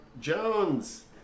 Jones